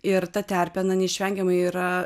ir ta terpė na neišvengiamai yra